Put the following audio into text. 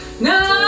No